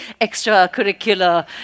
extra-curricular